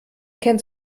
kennt